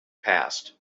past